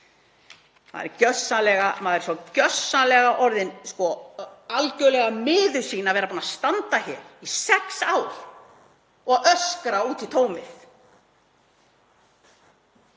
Maður er gjörsamlega orðinn algjörlega miður sín að vera búinn að standa hér í sex ár og öskra út í tómið.